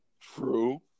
True